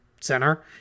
center